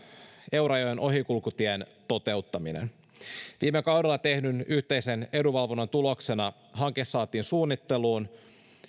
eurajoen ohikulkutien toteuttaminen viime kaudella tehdyn yhteisen edunvalvonnan tuloksena hanke saatiin suunnitteluun